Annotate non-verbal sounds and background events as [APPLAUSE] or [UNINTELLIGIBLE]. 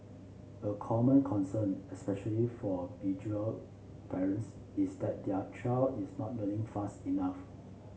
a common concern especially for [UNINTELLIGIBLE] parents is that their child is not learning fast enough